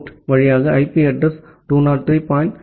2 உடன் கணினியில் 8081 போர்ட் ல் டிசிபி புரோட்டோகால் இது உங்கள் எச்